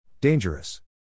Dangerous